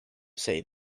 say